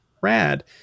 rad